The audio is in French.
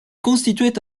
constituait